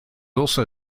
also